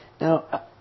Now